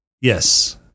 Yes